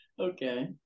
Okay